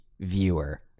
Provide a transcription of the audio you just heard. viewer